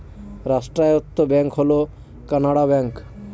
রাষ্ট্রায়ত্ত ব্যাঙ্ক হল কানাড়া ব্যাঙ্ক